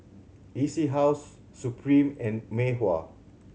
E C House Supreme and Mei Hua